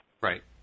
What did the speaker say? right